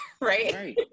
right